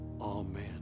Amen